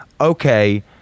okay